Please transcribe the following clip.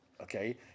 Okay